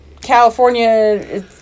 California